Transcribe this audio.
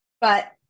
but-